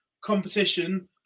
competition